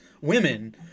women